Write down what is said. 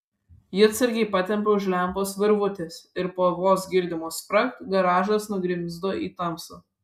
ji atsargiai patempė už lempos virvutės ir po vos girdimo spragt garažas nugrimzdo į tamsą